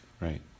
right